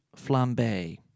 Flambe